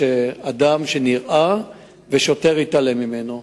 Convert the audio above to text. שאדם שנראה חמוש ושוטר התעלם ממנו.